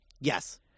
Yes